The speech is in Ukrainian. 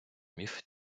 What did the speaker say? міф